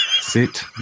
Sit